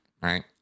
right